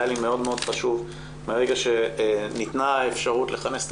היה לי מאוד מאוד חשוב מהרגע שניתנה האפשרות לכנס את